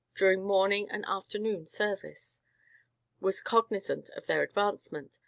during morning and afternoon service was cognizant of their advancement,